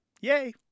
Yay